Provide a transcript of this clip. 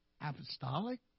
Apostolic